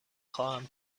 خواهم